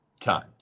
time